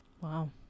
wow